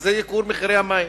שזה העלאת מחירי המים.